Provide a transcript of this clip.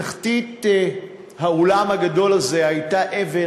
בתחתית האולם הגדול הזה הייתה אבן,